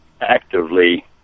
actively